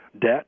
debt